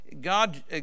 God